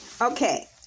Okay